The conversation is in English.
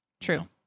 True